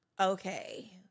Okay